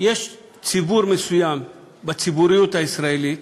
יש ציבור מסוים בציבוריות הישראלית